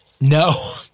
No